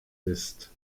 ist